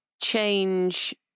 change